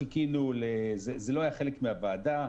זה לא היה חלק מהוועדה,